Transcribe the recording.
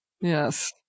Yes